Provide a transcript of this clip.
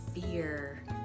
Fear